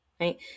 right